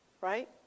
Right